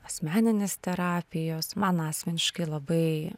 asmeninės terapijos man asmeniškai labai